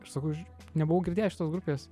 aš sakau aš nebuvau girdėjęs šitos grupės